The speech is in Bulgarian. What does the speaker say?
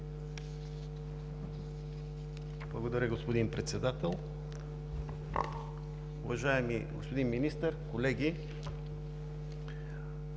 Благодаря, господин Председател. Уважаеми господин Министър, колеги!